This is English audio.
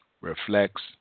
reflects